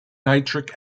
nitric